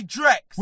Drex